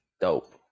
dope